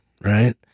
right